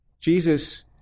Jesus